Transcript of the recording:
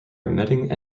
admitting